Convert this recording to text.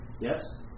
yes